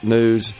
News